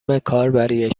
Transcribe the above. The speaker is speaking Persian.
کاربری